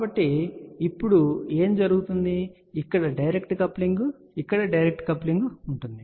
కాబట్టి ఇప్పుడు ఏమి జరుగుతుందో ఇక్కడ డైరెక్ట్ కప్లింగ్ ఇక్కడ డైరెక్ట్ కప్లింగ్ ఉంటుంది